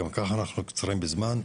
גם ככה אנחנו קצרים בזמן.